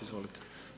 Izvolite.